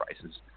prices